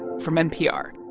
from npr